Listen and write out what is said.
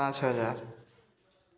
ପାଞ୍ଚ ହଜାର